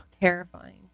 Terrifying